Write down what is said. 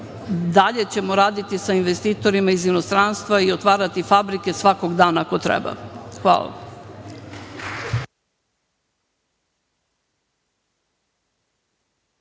dalje ćemo raditi sa investitorima iz inostranstva i otvarati fabrike svakog dana ako treba. Hvala.